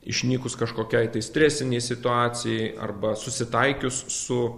išnykus kažkokiai tai stresinei situacijai arba susitaikius su